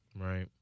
Right